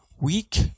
week